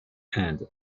and